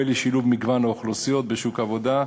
הוא פועל לשילוב מגוון אוכלוסיות בשוק העבודה,